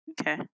Okay